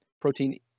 protein